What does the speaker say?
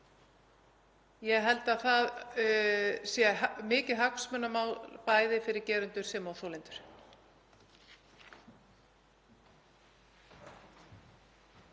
Ég held að það sé mikið hagsmunamál, bæði fyrir gerendur sem þolendur.